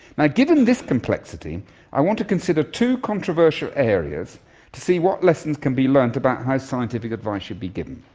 like given this complexity i want to consider two controversial areas to see what lessons can be learnt about how scientific advice should be given.